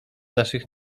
naszych